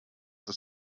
das